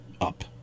up